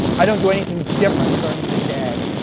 i don't do anything different during the day.